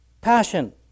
passion